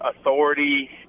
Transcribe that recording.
authority